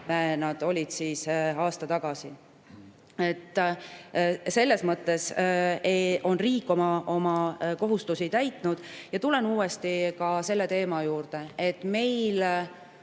need olid aasta tagasi. Selles mõttes on riik oma kohustusi täitnud. Tulen uuesti ka selle teema juurde, et igal